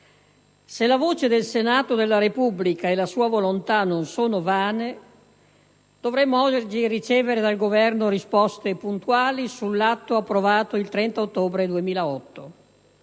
Se la voce del Senato della Repubblica e la sua volontà non sono vane, dovremmo oggi ricevere dal Governo risposte puntuali sull'atto approvato il 30 ottobre 2008.